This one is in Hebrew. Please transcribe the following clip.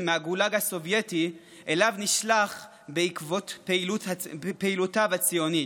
מהגולג הסובייטי שאליו נשלח בעקבות פעילותו הציונית.